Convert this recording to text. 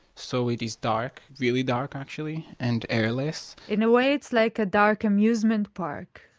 so it is dark. really dark actually. and airless in a way it's like a dark amusement park.